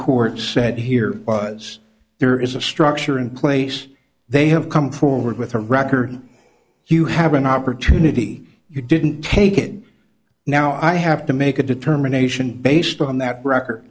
court said here is there is a structure in place they have come forward with a record you have an opportunity you didn't take it now i have to make a determination based on that record